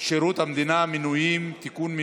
שירות המדינה (מינויים) (תיקון,